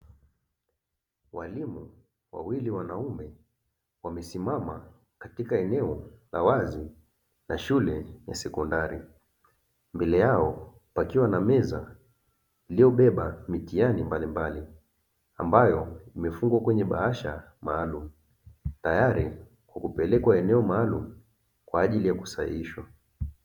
Walimu wawili wanaume, wamesimama katika eneo la wazi la shule ya sekondari. Mbele yao pakiwa na meza iliyobeba mitihani mbalimbali ambayo imefungwa kwenye bahasha maalumu, tayari kwa kupelekwa eneo maalumu kwa ajili ya kusahihishwa.